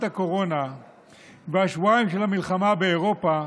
הקורונה ומהשבועיים של המלחמה באירופה,